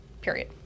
period